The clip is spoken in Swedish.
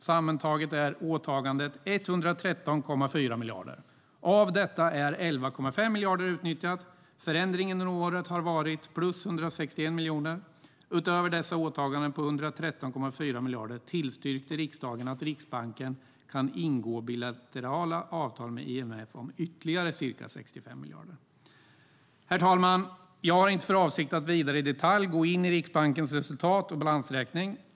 Sammantaget är åtagandet 113,4 miljarder. Av detta är 11,5 miljarder utnyttjat. Förändring under året har varit plus 161 miljoner. Utöver dessa åtaganden på 113,4 miljarder tillstyrkte riksdagen att Riksbanken kan ingå bilaterala avtal med IMF om ytterligare ca 65 miljarder. Herr talman! Jag har inte för avsikt att vidare i detalj gå in på Riksbankens resultat och balansräkning.